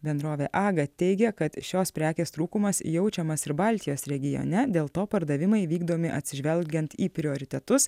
bendrovė aga teigia kad šios prekės trūkumas jaučiamas ir baltijos regione dėl to pardavimai vykdomi atsižvelgiant į prioritetus